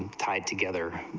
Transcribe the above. type together,